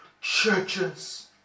churches